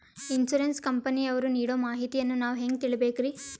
Insurance ಕಂಪನಿಯವರು ನೀಡೋ ಮಾಹಿತಿಯನ್ನು ನಾವು ಹೆಂಗಾ ತಿಳಿಬೇಕ್ರಿ?